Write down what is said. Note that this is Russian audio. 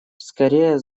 вскоре